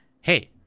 hey